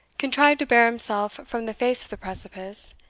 contrived to bear himself from the face of the precipice,